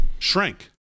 shrink